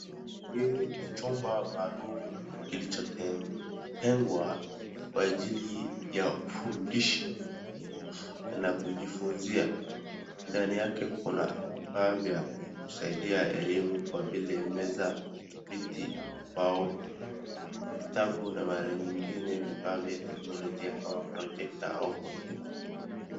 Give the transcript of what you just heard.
Hii ni chumba maalumu kilichoten, tengwa kwa ajili ya ufundishi na kujifunzia. Ndani yake kuna vifaa vya kusaidia elimu kwa vile meza, viti, ubao, vitabu na mara nyingine vifaa vya teknolojia kama vile [pcs] projector na kompyuta.